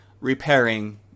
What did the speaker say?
repairing